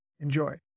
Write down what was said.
Enjoy